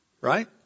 right